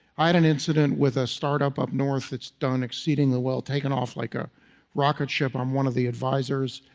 i had an incident with a startup upnorth, it's done exceedingly well taken off like a rocket ship. i'm one of the advisors.